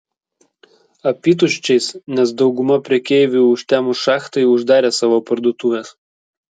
apytuščiais nes dauguma prekeivių užtemus šachtai uždarė savo parduotuves